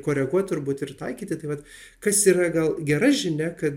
koreguot turbūt ir taikyti vat kas yra gal gera žinia kad